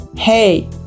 Hey